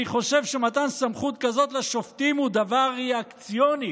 אני חושב שמתן סמכות כזאת לשופטים הוא דבר ריאקציוני.